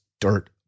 dirt